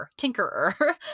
tinkerer